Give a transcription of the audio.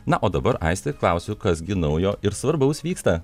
na o dabar aiste klausiu kas gi naujo ir svarbaus vyksta